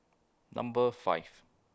Number five